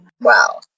Wow